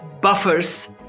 buffers